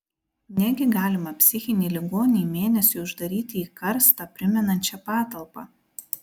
negi galima psichinį ligonį mėnesiui uždaryti į karstą primenančią patalpą